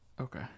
Okay